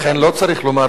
לכן לא צריך לומר